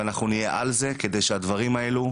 ואנחנו נהיה על זה כדי שלדברים האלה,